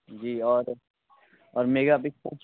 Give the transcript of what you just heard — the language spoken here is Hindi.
जी और और मेरा अभी कुछ